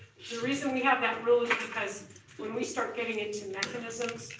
the reason we have that rule is because when we start getting into mechanisms,